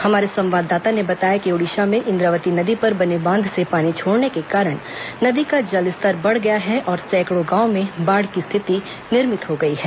हमारे संवाददाता ने बताया कि ओडिशा में इंद्रावती नदी पर बने बांध से पानी छोड़ने के कारण नदी का जलस्तर बढ़ गया है और सैकड़ों गांव में बाढ़ की स्थिति निर्मित हो गई है